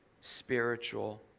spiritual